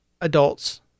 adults